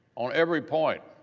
on every point,